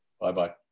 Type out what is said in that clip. Bye-bye